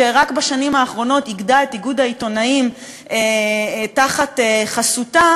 שרק בשנים האחרונות איגדה את איגוד העיתונאים תחת חסותה,